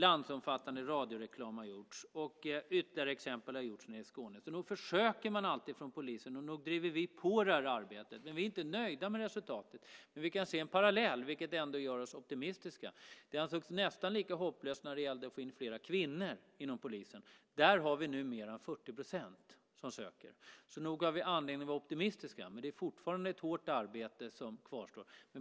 Landsomfattande radioreklam har gjorts, och det finns ytterligare exempel på sådant som har gjorts nere i Skåne. Nog försöker man alltid från polisen, och nog driver vi på det här arbetet. Vi är inte nöjda med resultatet, men vi kan se en parallell, vilket ändå gör oss optimistiska. Det ansågs nästan lika hopplöst när det gällde att få in fler kvinnor inom polisen. Där har vi numera 40 % som söker, så nog har vi anledning att vara optimistiska. Men det är fortfarande ett hårt arbete som kvarstår.